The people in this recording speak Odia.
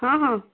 ହଁ ହଁ